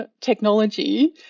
technology